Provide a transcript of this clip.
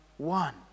one